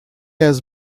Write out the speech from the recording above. has